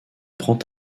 prend